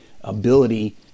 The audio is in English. ability